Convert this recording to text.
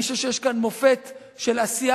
אני חושב שיש כאן מופת של עשייה